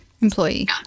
employee